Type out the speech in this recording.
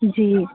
जी